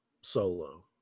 solo